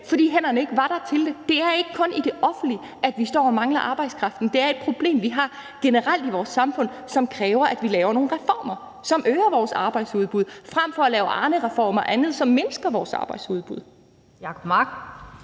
fordi hænderne til det ikke var der. Så det er ikke kun i det offentlige, vi står og mangler arbejdskraften, men det er et problem, vi har generelt i vores samfund, og som kræver, at vi laver nogle reformer, som øger vores arbejdsudbud, frem for at lave Arnereformer og andet, som mindsker vores arbejdsudbud.